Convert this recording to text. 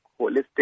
holistic